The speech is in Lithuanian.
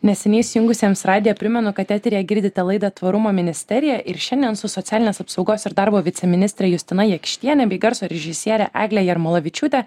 neseniai įsijungusiems radiją primenu kad eteryje girdite laidą tvarumo ministerija ir šiandien su socialinės apsaugos ir darbo viceministre justina jakštiene bei garso režisiere egle jarmolavičiūte